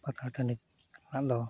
ᱯᱟᱛᱞᱟ ᱴᱟᱺᱰᱤ ᱨᱟᱱᱫᱚ